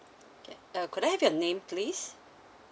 okay uh could I have your name please